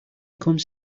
comes